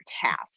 task